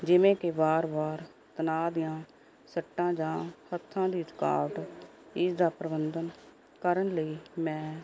ਜਿਵੇਂ ਕਿ ਵਾਰ ਵਾਰ ਤਣਾਅ ਦੀਆਂ ਸੱਟਾਂ ਜਾਂ ਹੱਥਾਂ ਦੀ ਥਕਾਵਟ ਇਸਦਾ ਪ੍ਰਬੰਧਨ ਕਰਨ ਲਈ ਮੈਂ